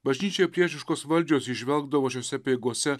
bažnyčiai priešiškos valdžios įžvelgdavo šiose apeigose